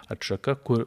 atšaka kur